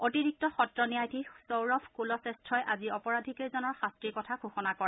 অতিৰিক্ত সত্ৰ ন্যায়াধীশ সৌৰভ কুলশ্ৰেষ্ঠই আজি অপৰাধীকেইজনৰ শাট্টিৰ কথা ঘোষণা কৰে